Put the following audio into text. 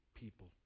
people